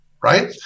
right